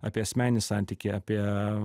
apie asmeninį santykį apie